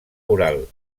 oral